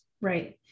Right